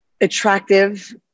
attractive